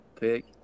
pick